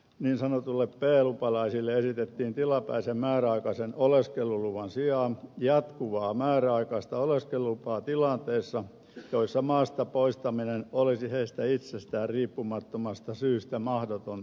niin sanotuille b lupalaisille esitettiin tilapäisen määräaikaisen oleskeluluvan sijaan jatkuvaa määräaikaista oleskelulupaa tilanteissa joissa maasta poistaminen olisi heistä itsestään riippumattomasta syystä mahdotonta